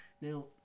Now